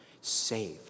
saved